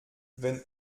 wenn